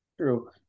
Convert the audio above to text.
True